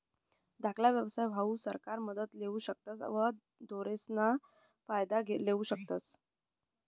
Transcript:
धाकला व्यवसाय हाऊ सरकारी मदत लेवू शकतस आणि धोरणेसना फायदा लेवू शकतस